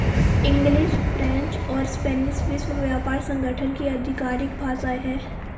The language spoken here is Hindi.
इंग्लिश, फ्रेंच और स्पेनिश विश्व व्यापार संगठन की आधिकारिक भाषाएं है